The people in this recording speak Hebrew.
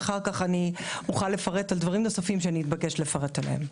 וכמובן שאחר כך אוכל לפרט על דברים נוספים שאתבקש לפרט עליהם.